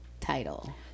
Title